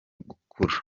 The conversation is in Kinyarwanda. gukura